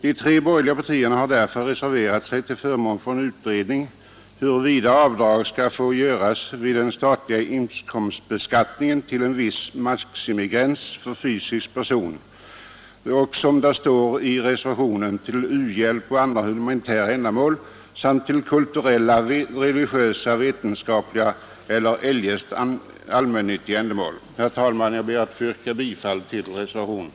De tre borgerliga partierna har därför reserverat sig till förmån för en utredning om huruvida avdrag skall få göras vid den statliga inkomstbeskattningen upp till en viss maximigräns för fysisk person till, som det står i reservationen, ”u-hjälp och andra humanitära ändamål samt till kulturella, religiösa, vetenskapliga eller eljest uppenbart allmännyttiga ändamål”. Herr talman! Jag ber att få yrka bifall till reservationen.